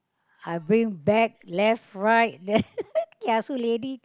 I bring bag left right left kiasu lady